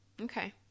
Okay